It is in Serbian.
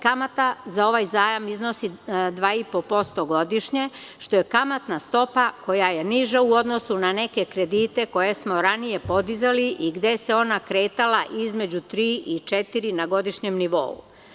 Kamata za ovaj zajam iznosi 2,5% godišnje, što je kamatna stopa koja je niža u odnosu na neke kredite koje smo ranije podizali i gde se ona kretala između 3% i 4% na godišnjem nivou.